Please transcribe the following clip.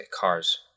Cars